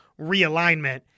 realignment